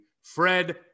Fred